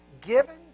given